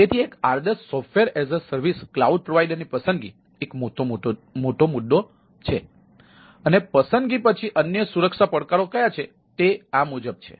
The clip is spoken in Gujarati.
તેથી એક આદર્શ SaaS ક્લાઉડ પ્રોવાઇડરની પસંદગી તે એક મુદ્દો છે અને પસંદગી પછી અન્ય સુરક્ષા પડકારો ક્યા છે તે છે